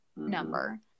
Number